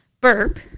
burp